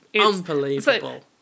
unbelievable